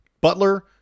Butler